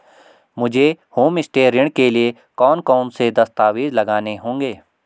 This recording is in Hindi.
मुझे होमस्टे ऋण के लिए कौन कौनसे दस्तावेज़ लगाने होंगे?